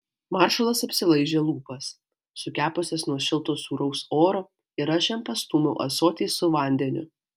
maršalas apsilaižė lūpas sukepusias nuo šilto sūraus oro ir aš jam pastūmiau ąsotį su vandeniu